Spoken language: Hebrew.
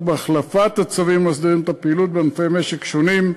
בהחלפת הצווים המסדירים את הפעילות באמצעי משק שונים,